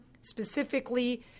specifically